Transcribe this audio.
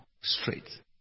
straight